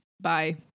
Bye